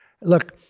Look